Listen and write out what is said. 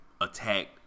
attacked